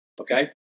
Okay